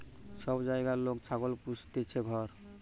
সব জাগায় লোক ছাগল পুস্তিছে ঘর